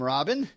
Robin